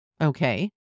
Okay